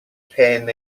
pen